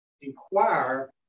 inquire